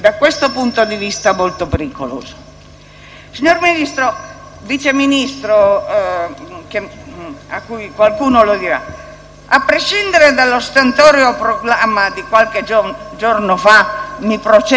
- qualcuno glielo dirà - a prescindere dallo stentoreo proclama di qualche giorno fa - mi processino pure - che si è tramutato velocemente in «non mi faccio processare»